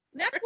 netflix